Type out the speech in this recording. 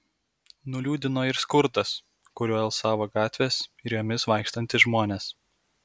nuliūdino ir skurdas kuriuo alsavo gatvės ir jomis vaikštantys žmonės